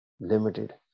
limited